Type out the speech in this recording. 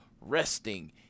resting